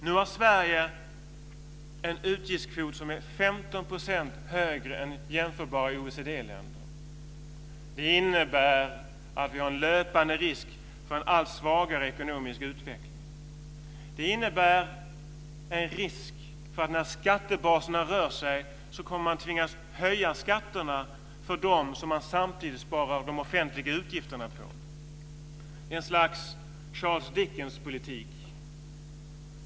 Sverige har nu en utgiftskvot som är 15 % högre än den i jämförbara OECD-länder. Det innebär att vi löper risk att få en allt svagare ekonomisk utveckling. När skattebaserna rör sig kommer man att tvingas höja skatterna för dem som man samtidigt sparar på i de offentliga utgifterna. Det blir en slags Charles Dickens-politik.